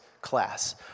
class